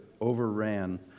overran